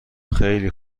خیلی